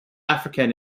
african